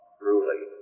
truly